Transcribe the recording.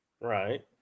Right